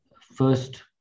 first